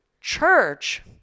church